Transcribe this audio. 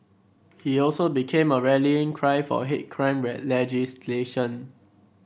he also became a rallying cry for hate crime legislation